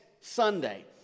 Sunday